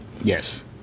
Yes